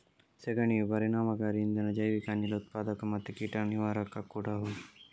ಸೆಗಣಿಯು ಪರಿಣಾಮಕಾರಿ ಇಂಧನ, ಜೈವಿಕ ಅನಿಲ ಉತ್ಪಾದಕ ಮತ್ತೆ ಕೀಟ ನಿವಾರಕ ಕೂಡಾ ಹೌದು